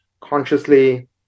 consciously